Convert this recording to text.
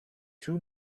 two